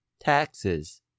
taxes